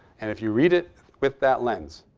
and if you read it with that lens,